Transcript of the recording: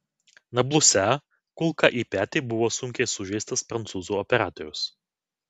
nabluse kulka į petį buvo sunkiai sužeistas prancūzų operatorius